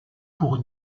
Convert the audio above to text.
pour